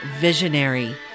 visionary